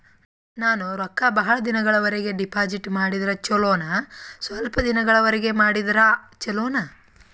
ನಾನು ರೊಕ್ಕ ಬಹಳ ದಿನಗಳವರೆಗೆ ಡಿಪಾಜಿಟ್ ಮಾಡಿದ್ರ ಚೊಲೋನ ಸ್ವಲ್ಪ ದಿನಗಳವರೆಗೆ ಮಾಡಿದ್ರಾ ಚೊಲೋನ?